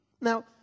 Now